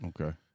okay